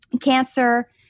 cancer